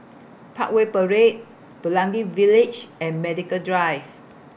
Parkway Parade Pelangi Village and Medical Drive